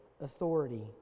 authority